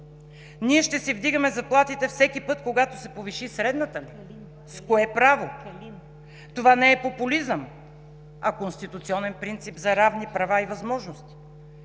ние ще си вдигаме заплатите всеки път, когато се повиши средната ли? С кое право? Това не е популизъм, а конституционен принцип за равни права и възможности.